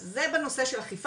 אז זה בנושא של אכיפה.